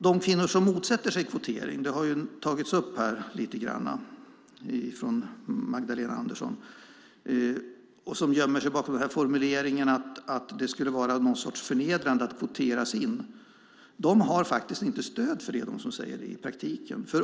De kvinnor som motsätter sig kvotering - Magdalena Andersson tog ju upp detta - och som gömmer sig bakom formuleringar om att det skulle vara förnedrande att kvoteras in har faktiskt inte stöd för det i praktiken.